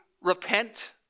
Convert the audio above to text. repent